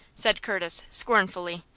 said curtis, scornfully.